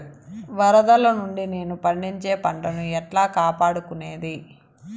వరదలు నుండి నేను పండించే పంట ను ఎట్లా కాపాడుకునేది?